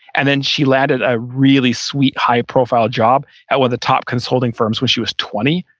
and then she landed a really sweet high profile job at one of the top consulting firms when she was twenty.